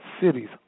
cities